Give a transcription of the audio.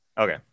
Okay